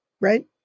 right